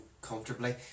comfortably